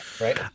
right